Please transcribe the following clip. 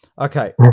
Okay